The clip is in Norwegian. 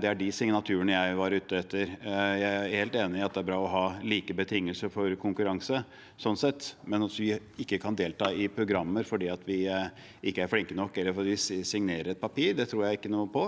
Det er de signaturene jeg var ute etter. Jeg er helt enig i at det er bra å ha like betingelser for konkurranse sånn sett, men at vi ikke kan delta i programmer fordi vi ikke er flinke nok eller signerer et papir, tror jeg ikke noe på.